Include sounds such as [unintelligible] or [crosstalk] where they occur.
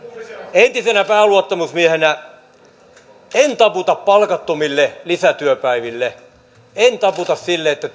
entisenä pääluottamusmiehenä en taputa palkattomille lisätyöpäiville en taputa sille että [unintelligible]